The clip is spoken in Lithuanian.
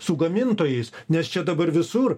su gamintojais nes čia dabar visur